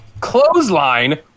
clothesline